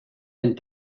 and